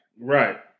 Right